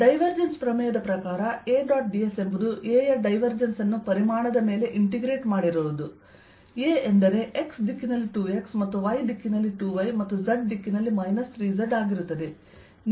divergence ಪ್ರಮೇಯದ ಪ್ರಕಾರ A dot ds ಎಂಬುದುA ಯಡೈವರ್ಜೆನ್ಸ್ ಅನ್ನು ಪರಿಮಾಣದ ಮೇಲೆ ಇಂಟೆಗ್ರೇಟ್ ಮಾಡಿರುವುದು A ಎಂದರೆ x ದಿಕ್ಕಿನಲ್ಲಿ 2x ಮತ್ತು yದಿಕ್ಕಿನಲ್ಲಿ 2yಮತ್ತು zದಿಕ್ಕಿನಲ್ಲಿ ಮೈನಸ್ 3z ಆಗಿರುತ್ತದೆ